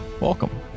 welcome